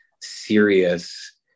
serious